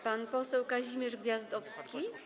Pan poseł Kazimierz Gwiazdowski.